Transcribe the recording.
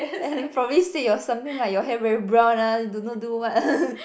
and probably said your something like your hair very brown !huh! don't know do what